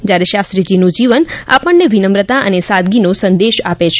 જયારે શાસ્ત્રીજીનું જીવન આપણને વિનમ્રતા અને સાદગીનો સંદેશ આપે છે